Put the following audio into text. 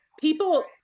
people